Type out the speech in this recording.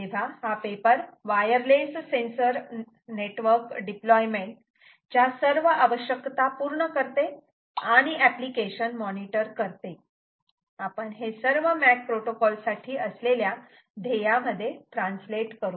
तेव्हा हा paper wireless sensor network deployment च्या सर्व आवश्यकता पूर्ण करते आणि एप्लीकेशन मॉनिटर करते आपण हे सर्व मॅक प्रोटोकॉल साठी असलेल्या ध्येयामध्ये ट्रान्सलेट करू